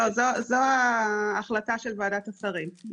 לא, זו ההחלטה של ועדת השרים.